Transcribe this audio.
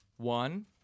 One